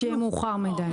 שיהיה מאוחר מדיי.